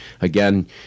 Again